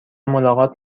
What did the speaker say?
ملاقات